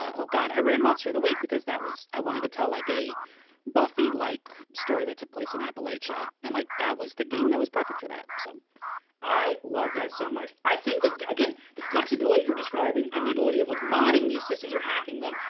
ah oh, god, i ran monster of the week because i wanted to tell like a buffy-like story that took place in appalachia, and like that was the game that was perfect for that. so i love that so much. i think that, again, the flexibility you're describing and the ability of like modding these systems or hacking them.